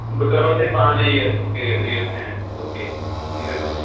بہٕ کرہو تۄہہِ پانَے یہِ کٔرِو یہِ سیٚنٛڈ او کے بِہِو تیٚلہِ